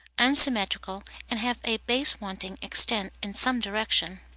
unsymmetrical, and have a base wanting extent in some direction.